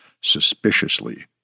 suspiciously